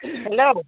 hello